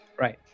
Right